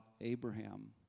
Abraham